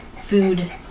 food